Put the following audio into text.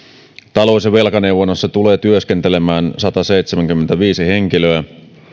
talous ja velkaneuvonnassa tulee työskentelemään sataseitsemänkymmentäviisi henkilöä